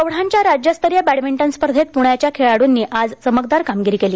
प्रौढांच्या राज्यस्तरीय बॅडमिंटन स्पर्धेत प्ण्याच्या खेळाड़ंनी आज चमकदार कामगिरी केली